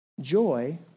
joy